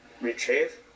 retrieve